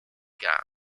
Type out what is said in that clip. gang